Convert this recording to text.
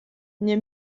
nie